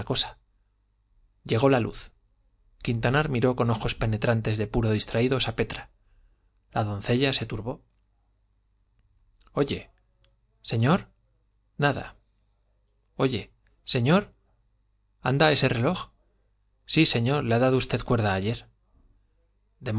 llegó la luz quintanar miró con ojos penetrantes de puro distraídos a petra la doncella se turbó oye señor nada oye señor anda ese reloj sí señor le ha dado usted cuerda ayer